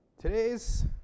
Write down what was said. Today's